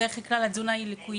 אז בדר כלל התזונה היא לקויה,